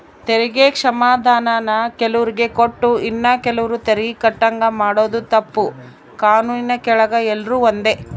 ತೆರಿಗೆ ಕ್ಷಮಾಧಾನಾನ ಕೆಲುವ್ರಿಗೆ ಕೊಟ್ಟು ಇನ್ನ ಕೆಲುವ್ರು ತೆರಿಗೆ ಕಟ್ಟಂಗ ಮಾಡಾದು ತಪ್ಪು, ಕಾನೂನಿನ್ ಕೆಳಗ ಎಲ್ರೂ ಒಂದೇ